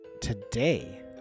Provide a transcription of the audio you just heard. Today